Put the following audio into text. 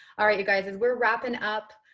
all right, you guys, as we're wrapping up,